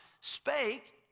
spake